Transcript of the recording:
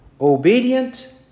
obedient